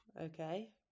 Okay